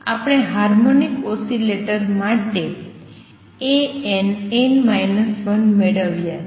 આપણે harmonic oscillator માટે મેળવ્યા છે